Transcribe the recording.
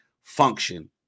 function